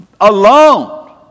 alone